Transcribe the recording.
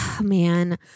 man